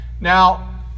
Now